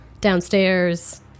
downstairs